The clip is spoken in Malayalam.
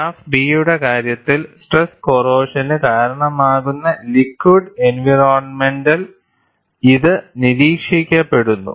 ഗ്രാഫ് B യുടെ കാര്യത്തിൽ സ്ട്രെസ് കോറോഷനു കാരണമാകുന്ന ലിക്വിഡ് എൻവയറോണ്മെന്റ്ൽ ഇത് നിരീക്ഷിക്കപ്പെടുന്നു